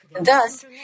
Thus